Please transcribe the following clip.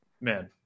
man